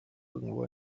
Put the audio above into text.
irgendwo